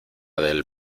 del